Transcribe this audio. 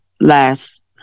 Last